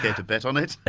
to bet on it?